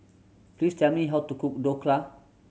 please tell me how to cook Dhokla